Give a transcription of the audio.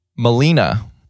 Melina